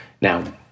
Now